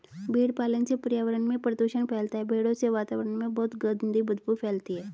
भेड़ पालन से पर्यावरण में प्रदूषण फैलता है भेड़ों से वातावरण में बहुत गंदी बदबू फैलती है